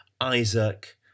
Isaac